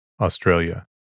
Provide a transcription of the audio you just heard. Australia